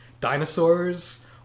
dinosaurs